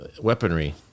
weaponry